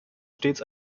stets